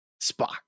Spock